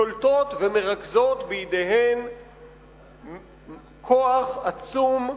שולטת ומרכזת בידיה כוח עצום,